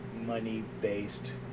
money-based